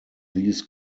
these